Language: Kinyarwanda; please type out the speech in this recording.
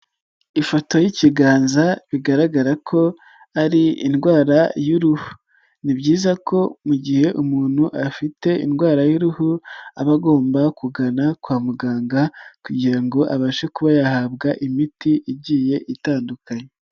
Ifoto y'ikiganza bigaragara ko ari indwara y'uruhu, ni byiza ko mu gihe umuntu afite indwara y'uruhu aba agomba kugana kwa muganga kugira ngo abashe kuba yahabwa imiti igiye itandukanye.